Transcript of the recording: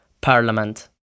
Parliament